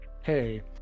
hey